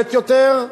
מוקדמת יותר,